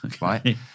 right